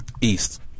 east